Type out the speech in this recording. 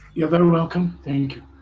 you are very welcome, thank